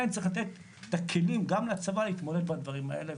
ולכן צריך את הכלים גם לצבא להתמודד עם הדברים האלה.